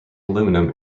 aluminum